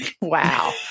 wow